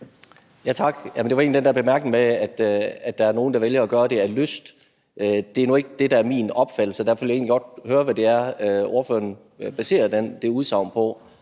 Tak. Det er egentlig til den der bemærkning om, at der er nogle, der vælger at gøre det af lyst. Det er nu ikke det, der er min opfattelse. Derfor vil jeg egentlig godt høre, hvad ordføreren baserer det udsagn på.